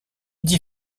dit